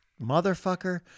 motherfucker